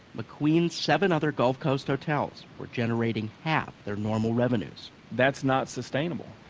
macqueen's seven other gulf coast hotels were generating half their normal revenues that's not sustainable.